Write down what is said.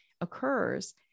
occurs